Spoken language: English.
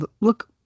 look